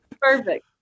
Perfect